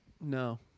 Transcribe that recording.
No